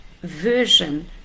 version